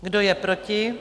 Kdo je proti?